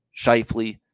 Shifley